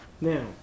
Now